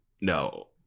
No